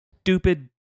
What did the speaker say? stupid